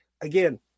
again